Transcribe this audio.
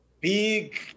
big